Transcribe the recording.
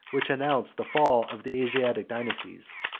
which announce the fall of the asiatic dynasties,